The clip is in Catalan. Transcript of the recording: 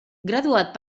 graduat